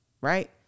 Right